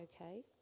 okay